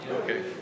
okay